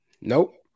nope